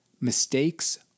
Mistakes